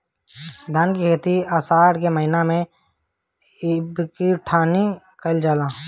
धान के खेती आषाढ़ के महीना में बइठुअनी कइल जाला?